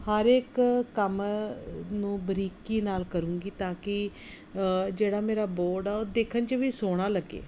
ਹਰ ਇੱਕ ਕੰਮ ਨੂੰ ਬਰੀਕੀ ਨਾਲ ਕਰੂੰਗੀ ਤਾਂ ਕਿ ਜਿਹੜਾ ਮੇਰਾ ਬੋਰਡ ਆ ਉਹ ਦੇਖਣ 'ਚ ਵੀ ਸੋਹਣਾ ਲੱਗੇ